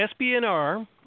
SBNR